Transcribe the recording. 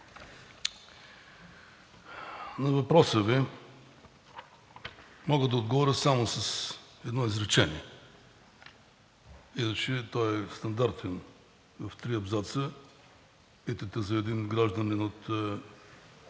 на въпроса Ви мога да отговоря само с едно изречение. Иначе той е стандартен в три абзаца. Питате за един гражданин от